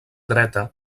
dreta